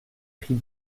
pris